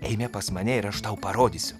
eime pas mane ir aš tau parodysiu